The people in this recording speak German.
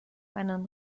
einen